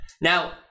now